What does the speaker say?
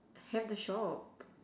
have the shop